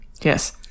Yes